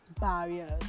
barriers